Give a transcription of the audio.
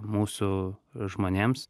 mūsų žmonėms